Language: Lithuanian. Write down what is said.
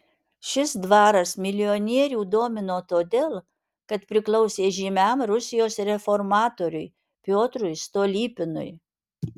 šis dvaras milijonierių domino todėl kad priklausė žymiam rusijos reformatoriui piotrui stolypinui